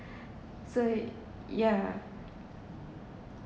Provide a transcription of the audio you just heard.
so yeah